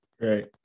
Right